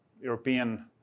European